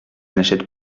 n’achète